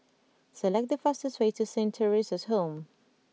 select the fastest way to Saint Theresa's Home